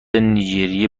نیجریه